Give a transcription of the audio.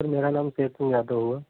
sir मेरा नाम केशव यादव हुआ